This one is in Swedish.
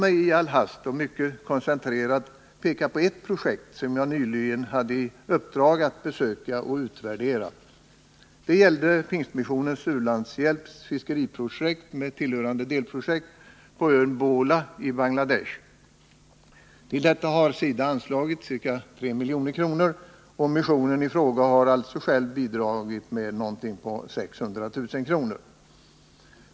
I all hast och mycket koncentrerat vill jag peka på ett projekt som jag nyligen hade i uppdrag att besöka och utvärdera. Det gällde Pingstmissionens u-landshjälps fiskeriprojekt med tillhörande delprojekt på ön Bhola i Bangladesh. För detta projekt har SIDA anslagit ca 3 milj.kr., och missionen i fråga har alltså själv bidragit med ca 600 000 kr.